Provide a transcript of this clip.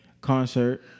concert